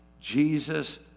Jesus